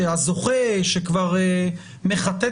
כהוא זה אם תעברו מ-2,500 ₪ ל-4,000 ₪" אם תעמדו